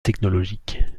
technologique